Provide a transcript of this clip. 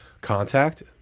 contact